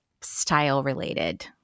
style-related